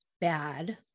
bad